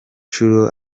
nshuro